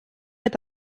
est